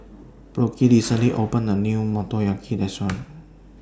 Brooke recently opened A New Motoyaki Restaurant